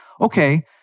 Okay